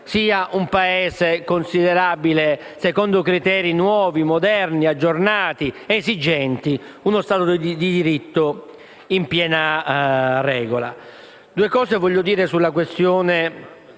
sia un Paese considerabile, secondo criteri nuovi, moderni aggiornati, esigenti, uno Stato di diritto in piena regola. Mi soffermo brevemente sulla questione